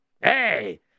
Hey